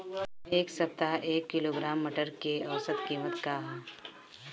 एक सप्ताह एक किलोग्राम मटर के औसत कीमत का ह?